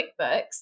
QuickBooks